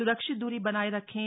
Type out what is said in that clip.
स्रक्षित दूरी बनाए रखें